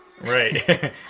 Right